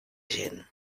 gent